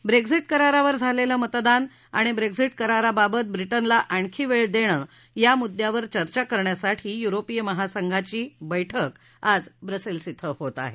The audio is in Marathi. ब्रेश्झिट करारावर झालेलं मतदान आणि ब्रेश्झिट कराराबाबत ब्रिटनला आणखीन वेळ देणं या मुद्यावर चर्चा करण्यासाठी युरोपीय महासंघाची बैठक आज ब्रसेल्स धिं होत आहे